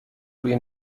روی